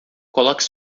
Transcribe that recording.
coloque